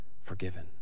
forgiven